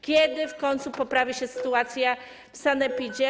Kiedy w końcu poprawi się sytuacja w sanepidzie?